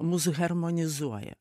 mus harmonizuoja